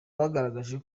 bagaragaje